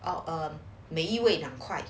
oh um 每一位五块